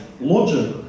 logic